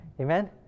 Amen